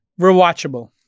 rewatchable